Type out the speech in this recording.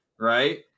right